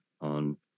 on